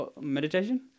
meditation